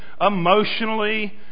emotionally